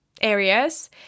areas